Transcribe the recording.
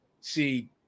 see